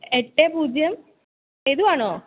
എട്ട് പൂജ്യം എഴുതുകയാണോ